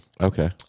Okay